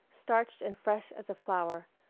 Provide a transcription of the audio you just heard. starched and fresh as a flower,